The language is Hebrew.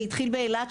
זה התחיל באילת,